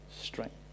strength